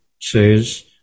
says